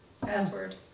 Password